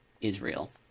Israel